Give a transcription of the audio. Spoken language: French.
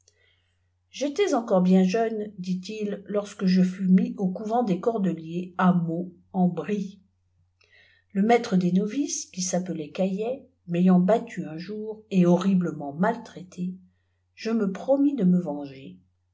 j'étais encore bien jeune dit-il lorsque je fus mis au couvent des cordeliers à meaux en brie le maître des novices qui s'appelait caillot m'ayant battu un jour et horriblement maltraité je me promis de me venger